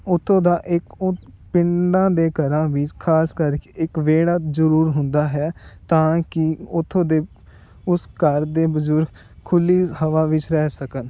ਉਥੋਂ ਦਾ ਇਕ ਉਹ ਪਿੰਡਾਂ ਦੇ ਘਰਾਂ ਵਿਚ ਖਾਸ ਕਰਕੇ ਇੱਕ ਵਿਹੜਾ ਜ਼ਰੂਰ ਹੁੰਦਾ ਹੈ ਤਾਂ ਕਿ ਉਥੋਂ ਦੇ ਉਸ ਘਰ ਦੇ ਬਜ਼ੁਰਗ ਖੁੱਲੀ ਹਵਾ ਵਿੱਚ ਰਹਿ ਸਕਣ